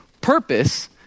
purpose